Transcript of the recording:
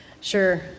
Sure